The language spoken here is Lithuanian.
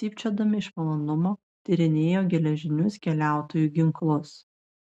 cypčiodami iš malonumo tyrinėjo geležinius keliautojų ginklus